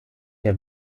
der